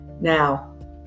Now